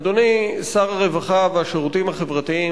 אדוני שר הרווחה והשירותים החברתיים,